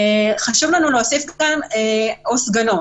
חשוב לנו גם להוסיף "או סגנו".